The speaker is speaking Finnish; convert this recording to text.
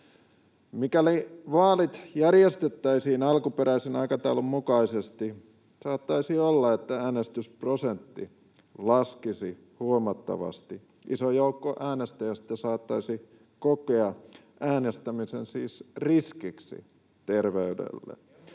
Mikäli vaalit järjestettäisiin alkuperäisen aikataulun mukaisesti, saattaisi olla, että äänestysprosentti laskisi huomattavasti. Iso joukko äänestäjiä saattaisi kokea äänestämisen siis riskiksi terveydelle.